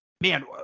man